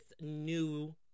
new